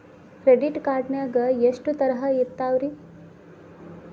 Credit card ನಾಗ ಎಷ್ಟು ತರಹ ಇರ್ತಾವ್ರಿ?